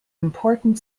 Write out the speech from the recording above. important